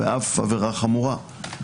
ואף עבירה חמורה.